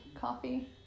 coffee